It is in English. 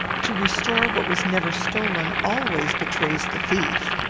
to restore what was never stolen always betrays the thief.